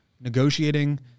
negotiating